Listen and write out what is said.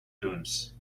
dunes